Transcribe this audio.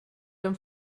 érem